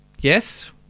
yes